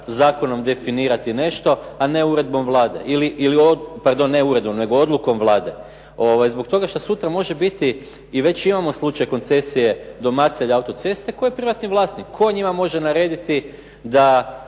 zakonom definirati nešto, a ne uredbom Vlade. Pardon ne uredbom, nego odlukom Vlade. Zbog toga što sutra može biti i već imamo slučaj koncesije do Macelja autoceste koji je privatni vlasnik. Tko njima može narediti da